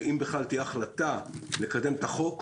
ואם בכלל תהיה החלטה לקדם את החוק,